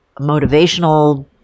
motivational